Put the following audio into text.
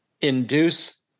induce